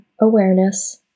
awareness